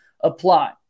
apply